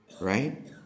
right